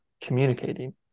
communicating